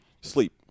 Sleep